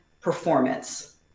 performance